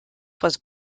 was